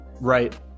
right